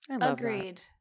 agreed